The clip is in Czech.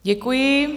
Děkuji.